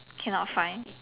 cannot find